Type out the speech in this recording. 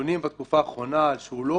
בסמכות פה הוא לא